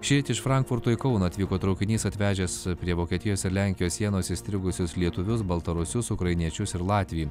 šįryt iš frankfurto į kauną atvyko traukinys atvežęs prie vokietijos ir lenkijos sienos įstrigusius lietuvius baltarusius ukrainiečius ir latvį